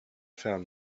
found